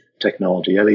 Technology